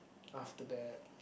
after that